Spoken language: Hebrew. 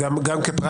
חבל שאת פועלת כך.